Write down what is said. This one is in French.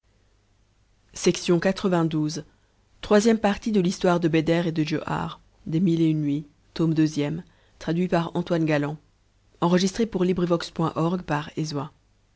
de l'intérêt de l'un et de